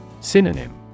Synonym